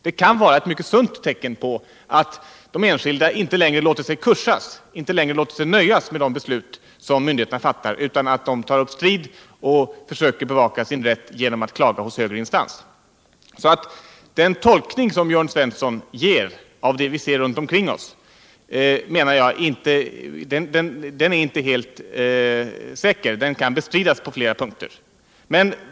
Det kan vara ett sunt tecken på att de enskilda människorna inte längre låter sig kuschas, inte längre låter sig nöja med de beslut som myndigheterna fattar, utan att de tar upp strid och försöker bevaka sin rätt genom att klaga hos högre instans. Den tolkning som Jörn Svensson ger av det vi ser runt omkring oss menar jag kan bestridas på flera punkter. Den är inte helt säker.